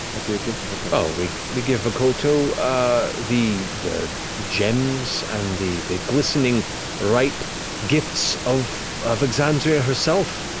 what do you give to vokodo? matt oh, we we give vokodo ah the the gems and the the glistening ripe gifts of of exandria herself.